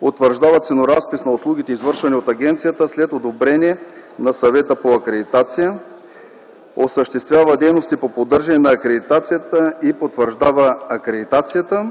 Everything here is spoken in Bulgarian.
утвърждава ценоразпис на услугите, извършвани от агенцията, след одобрение на Съвета по акредитация; осъществява дейности по поддържане на акредитацията и потвърждава акредитацията;